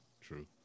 true